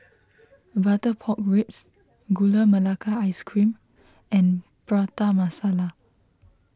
Butter Pork Ribs Gula Melaka Ice Cream and Prata Masala